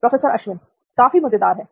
professor Ashwin काफी मजेदार है